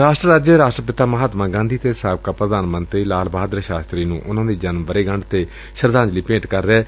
ਰਾਸ਼ਟਰ ਅੱਜ ਰਾਸ਼ਟਰਪਿਤਾ ਮਹਾਤਾਮ ਗਾਂਧੀ ਅਤੇ ਸਾਬਕਾ ਪ੍ਧਾਨ ਮੰਤਰੀ ਲਾਲ ਬਹਾਦਰ ਸ਼ਾਸਤਰੀ ਨੂੰ ਉਨੂਾਂ ਦੀ ਜਨਮ ਵਰ੍ਹੇਗੰਢ ਤੇ ਸ਼ਰਧਾਂਜਲੀ ਭੇਂਟ ਕਰ ਰਿਹੈ